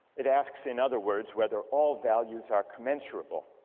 it asks in other words whether all values are commensurable